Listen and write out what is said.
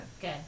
Good